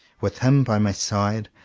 with him by my side,